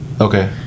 Okay